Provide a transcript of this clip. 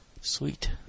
Sweet